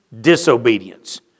disobedience